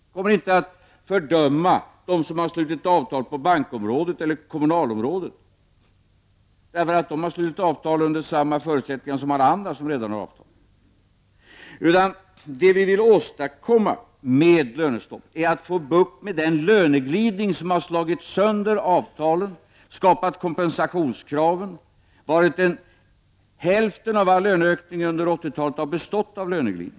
Vi kommer inte att fördöma dem som har slutit avtal på bankområdet eller på det kommunala området för att de har slutit avtal under samma förutsättningar som alla som redan har avtal. Vad vi vill åstadkomma med lönestoppet är att få bukt med den löneglidning som har slagit sönder avtalen och skapat kompensationskraven. Hälften av all löneökning under 80-talet har bestått av löneglidning.